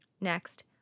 Next